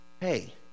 hey